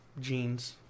Jeans